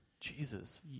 Jesus